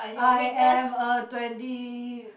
I am a twenty